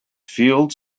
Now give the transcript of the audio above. field